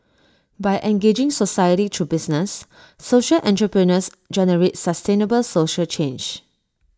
by engaging society through business social entrepreneurs generate sustainable social change